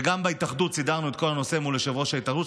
גם בהתאחדות סידרנו את כל הנושא מול יושב-ראש ההתאחדות,